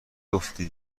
افته